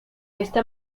esta